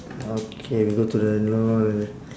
okay we go to the know the